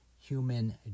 human